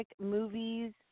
movies